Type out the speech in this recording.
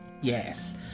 yes